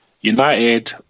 United